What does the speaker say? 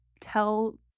tell